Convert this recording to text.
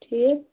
ٹھیٖک